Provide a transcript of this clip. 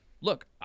Look